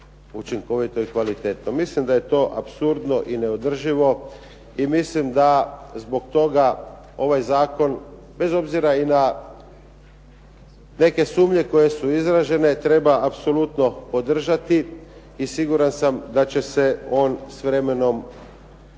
učinkovito i kvalitetno. Mislim da je to apsurdno i neodrživo i mislim da zbog toga ovaj zakon bez obzira i na neke sumnje koje su izražen treba apsolutno podržati i siguran sam da će se on s vremenom,